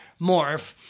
morph